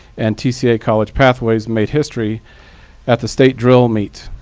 and tca college pathways, made history at the state drill meet,